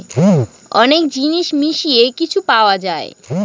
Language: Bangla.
অনেক জিনিস মিশিয়ে কিছু পাওয়া যায়